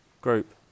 group